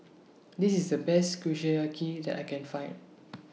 This IS The Best Kushiyaki that I Can Find